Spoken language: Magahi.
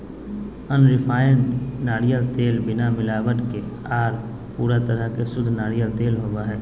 अनरिफाइंड नारियल तेल बिना मिलावट के आर पूरा तरह से शुद्ध नारियल तेल होवो हय